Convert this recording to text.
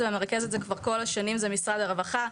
זה ומרכז את זה כבר כל השנים זה משרד הרווחה.